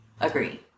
agree